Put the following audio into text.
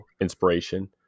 inspiration